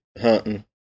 hunting